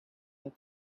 that